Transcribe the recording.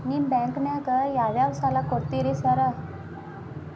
ನಿಮ್ಮ ಬ್ಯಾಂಕಿನಾಗ ಯಾವ್ಯಾವ ಸಾಲ ಕೊಡ್ತೇರಿ ಸಾರ್?